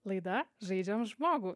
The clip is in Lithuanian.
laida žaidžiam žmogų